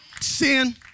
Sin